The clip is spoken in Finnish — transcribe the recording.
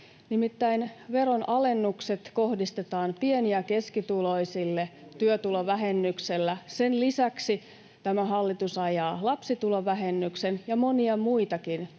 Nimittäin veronalennukset kohdistetaan pieni- ja keskituloisille työtulovähennyksellä. Sen lisäksi tämä hallitus ajaa lapsitulovähennyksen ja monia muitakin tukimuotoja